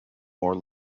more